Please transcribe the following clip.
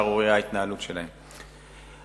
ההתנהלות שלהם זו פשוט שערורייה.